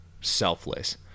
selfless